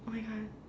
oh my God